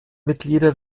mitglieder